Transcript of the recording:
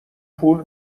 پول